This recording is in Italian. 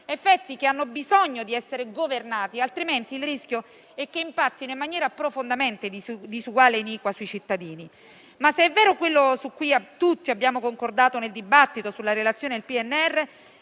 effetti che hanno bisogno di essere governati, altrimenti il rischio è che impattino in maniera profondamente disuguale e iniqua sui cittadini. Ma se è vero quello su cui tutti abbiamo concordato nel dibattito sulla relazione del PNRR,